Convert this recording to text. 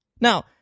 Now